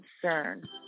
concern